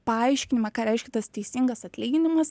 paaiškinimą ką reiškia tas teisingas atlyginimas